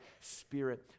spirit